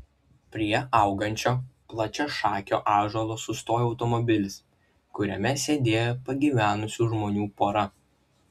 prie augančio plačiašakio ąžuolo sustojo automobilis kuriame sėdėjo pagyvenusių žmonių pora